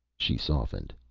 she softened.